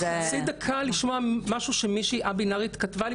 לקרוא משהו שמישהי א-בינארית כתבה לי,